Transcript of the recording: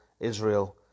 Israel